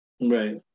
right